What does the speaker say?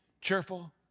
cheerful